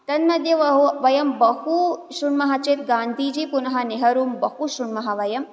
तन् मध्ये व वयं बहू श्रुण्मः चेत् गान्धीजी पुनः नेहरू बहू श्रुण्मः वयम्